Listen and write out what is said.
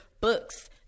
books